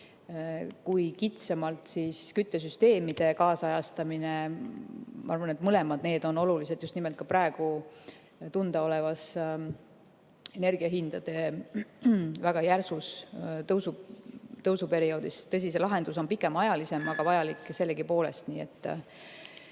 ka kitsamalt küttesüsteemide kaasajastamine. Ma arvan, et mõlemad on olulised, just nimelt ka praegu tunda olevas energiahindade väga järsu tõusu perioodis. Tõsi, see lahendus on pikemaajalisem, aga vajalik sellegipoolest.